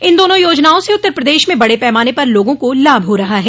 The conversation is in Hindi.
इन दोनों योजनाओं से उत्तर प्रदेश में बड़े पैमाने पर लोगों को लाभ हो रहा है